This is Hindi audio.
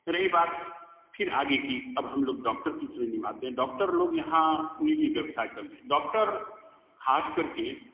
रही बात फिर आगे की अब हम लोग डॉक्टर की श्रेणी में आते हैं डॉक्टर लोग यहाँ निजी व्यवसाय कर रहे डॉक्टर खास करके